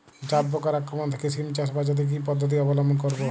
জাব পোকার আক্রমণ থেকে সিম চাষ বাচাতে কি পদ্ধতি অবলম্বন করব?